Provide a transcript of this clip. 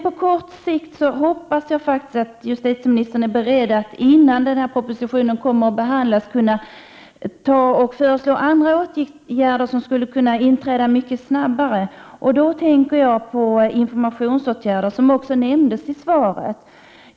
På kort sikt hoppas jag faktiskt att justitieministern är beredd att innan propositionen behandlas föreslå andra åtgärder som skulle kunna få effekt mycket snabbare. Jag tänker på informationsåtgärder, som också nämndes i svaret.